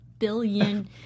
billion